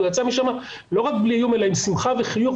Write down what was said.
הוא יצא משם לא רק בלי איום אלא עם שמחה וחיוך,